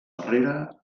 arrere